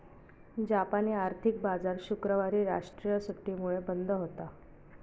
जापानी आर्थिक बाजार शुक्रवारी राष्ट्रीय सुट्टीमुळे बंद होता